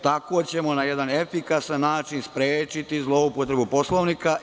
Tako ćemo na jedan efikasan način sprečiti zloupotrebu Poslovnika.